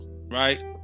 Right